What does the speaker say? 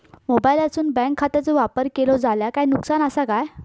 मोबाईलातसून बँक खात्याचो वापर केलो जाल्या काय नुकसान असा काय?